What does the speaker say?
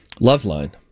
Loveline